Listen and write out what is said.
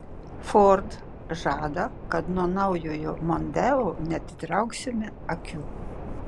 ford žada kad nuo naujojo mondeo neatitrauksime akių